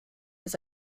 his